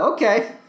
Okay